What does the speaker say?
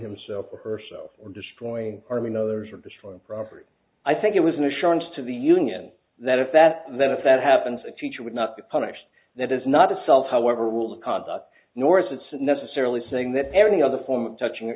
himself or herself or destroying arming others of this form property i think it was an assurance to the union that if that then if that happens a teacher would not be punished that is not itself however will the conduct nourse it's necessarily saying that any other form of touching